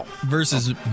versus